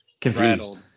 confused